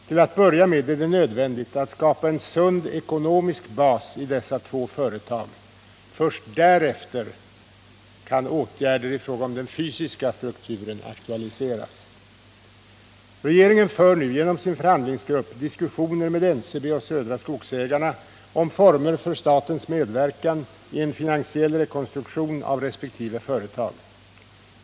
Till att börja med är det nödvändigt att skapa en sund ekonomisk bas i dessa två företag. Först därefter kan åtgärder i fråga om den fysiska strukturen aktualiseras. Regeringen för nu genom sin förhandlingsgrupp diskussioner med NCB och Södra Skogsägarna om former för statens medverkan i en finansiell rekonstruktion av resp. företag.